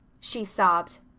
she sobbed.